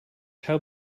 how